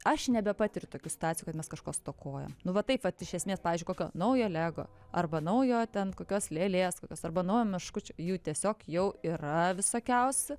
aš nebepatiriu tokių situacijų kad mes kažko stokojam nu va taip vat iš esmės pavyzdžiui kokio naujo lego arba naujojo ten kokios lėlės kokios arba naujo meškučio jų tiesiog jau yra visokiausių